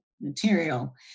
material